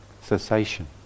cessation